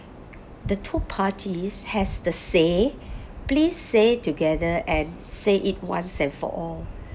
the two parties has the say please say together and say it once and for all